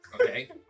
Okay